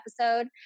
episode